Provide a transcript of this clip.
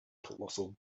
colossal